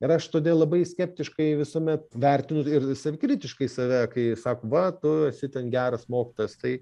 ir aš todėl labai skeptiškai visuomet vertinu ir savikritiškai save kai sako va tu esi ten geras mokytojas tai